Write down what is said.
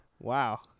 Wow